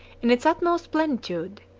in its utmost plenitude,